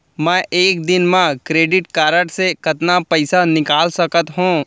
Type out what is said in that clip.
मैं एक दिन म क्रेडिट कारड से कतना पइसा निकाल सकत हो?